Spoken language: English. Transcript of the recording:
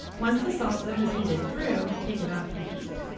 once the salsa has heated through, take it off the heat.